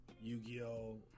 Yu-Gi-Oh